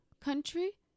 country